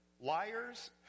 liars